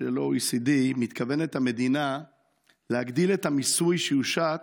של ה-OECD מתכוונת המדינה להגדיל את היקף המיסוי שיושת